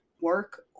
work